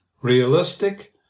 realistic